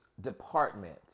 department